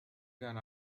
كان